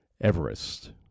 Everest